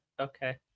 Okay